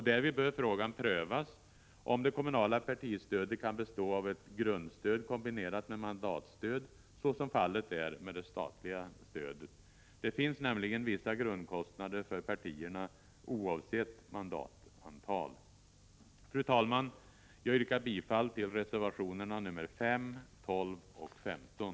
Därvid bör prövas, om det kommunala partistödet kan bestå av ett grundstöd kombinerat med mandatstöd, såsom fallet är med det statliga stödet. Det finns nämligen vissa grundkostnader för partierna, oavsett mandatantal. Jag yrkar, fru talman, bifall till reservationerna nr 5, 12 och 15.